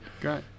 Great